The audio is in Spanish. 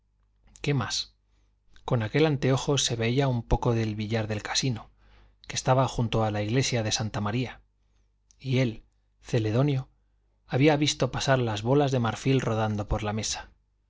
qué más con aquel anteojo se veía un poco del billar del casino que estaba junto a la iglesia de santa maría y él celedonio había visto pasar las bolas de marfil rodando por la mesa